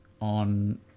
on